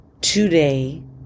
today